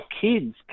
kids